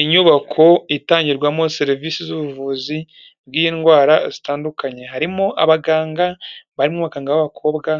Inyubako itangirwamo serivise z'ubuvuzi bw'indwara zitandukanye. Harimo abaganga barimo abaganga b'abakobwa